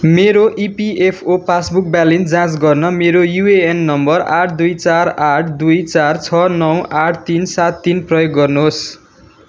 मेरो EPFO passbook balance जाँच गर्न मेरो युएएन नम्बर आठ दुई चार आठ दुई चार छ नौ आठ तिन सात तिन प्रयोग गर्नुहोस्